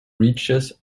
breeches